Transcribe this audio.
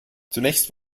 zunächst